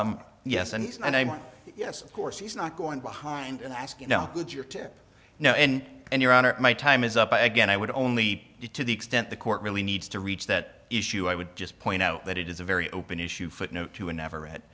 mean yes of course he's not going behind and i ask you no good your tip now and and your honor my time is up i again i would only be to the extent the court really needs to reach that issue i would just point out that it is a very open issue footnote to a never read